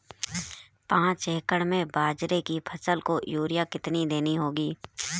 पांच एकड़ में बाजरे की फसल को यूरिया कितनी देनी होगी?